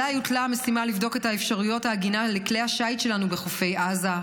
עליי הוטלה המשימה לבדוק את אפשרויות העגינה לכלי השיט שלנו בחופי עזה,